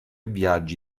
viaggi